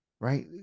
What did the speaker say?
right